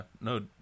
no